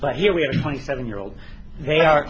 but here we have twenty seven year old they are